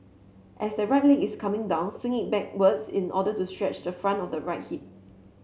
as the right leg is coming down swing it backwards in order to stretch the front of the right hip